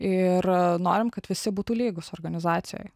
ir norim kad visi būtų lygūs organizacijoj